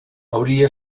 hauria